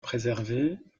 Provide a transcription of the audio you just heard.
préservés